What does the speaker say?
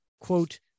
quote